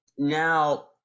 Now